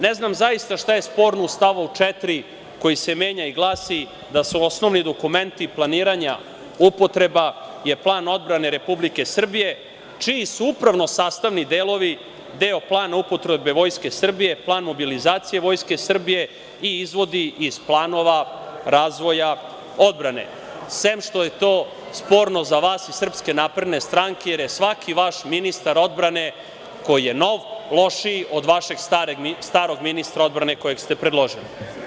Ne znam zaista šta je sporno u stavu 4. koji se menja i glasi – da su osnovni dokumenti planiranja, upotreba je plan odbrane Republike Srbije, čiji su upravno sastavni delovi deo plana upotrebe Vojske Srbije, plan mobilizacije Vojske Srbije i izvodi iz planova razvoja odbrane, sem što je to sporno za vas iz SNS jer je svaki vaš ministar odbrane, koji je nov, lošiji od vašeg starog ministra odbrane kojeg ste predložili.